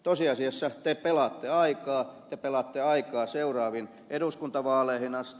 tosiasiassa te pelaatte aikaa te pelaatte aikaa seuraaviin eduskuntavaaleihin asti